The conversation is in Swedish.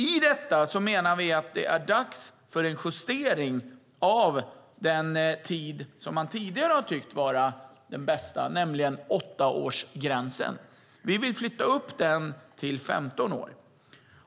I detta menar vi att det är dags för en justering av den tid som man tidigare har tyckt vara den bästa, nämligen åttaårsgränsen. Vi vill flytta upp den till 15 år.